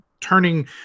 turning